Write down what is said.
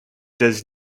does